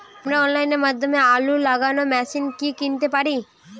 আমরা অনলাইনের মাধ্যমে আলু লাগানো মেশিন কি কিনতে পারি?